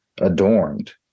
adorned